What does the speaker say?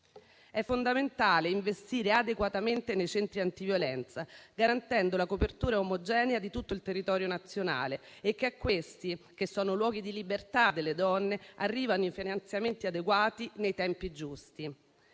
È fondamentale investire adeguatamente nei centri antiviolenza, garantendo la copertura omogenea di tutto il territorio nazionale e che a questi, che sono luoghi di libertà delle donne, arrivino i finanziamenti adeguati nei tempi giusti.